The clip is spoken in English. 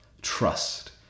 Trust